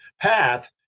path